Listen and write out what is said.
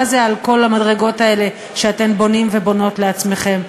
מה זה על כל המדרגות האלה שאתם בונים ובונות לעצמכם?